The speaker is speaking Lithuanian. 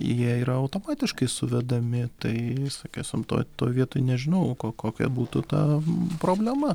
jie yra automatiškai suvedami tai sakysim toj toj vietoj nežinau kokia būtų ta problema